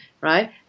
right